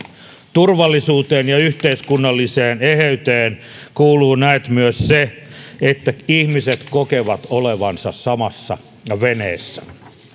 turvallisuuteen ja yhteiskunnalliseen eheyteen kuuluu näet myös se että ihmiset kokevat olevansa samassa veneessä